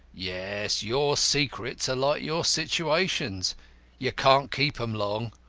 yes your secrets are like your situations you can't keep em long.